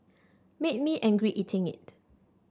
made me angry eating it